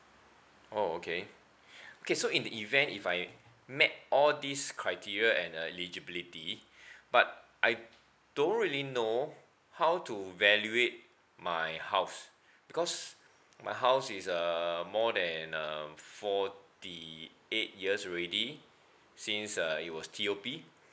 oh okay okay so in the event if I met all these criteria and uh eligibility but I don't really know how to valuate my house because my house is uh more than um forty eight years already since uh it was T_O_P